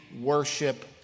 worship